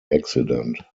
accident